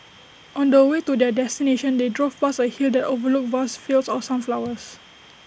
on the way to their destination they drove past A hill that overlooked vast fields of sunflowers